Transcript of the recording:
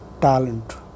Talent